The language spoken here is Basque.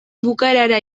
bukaerara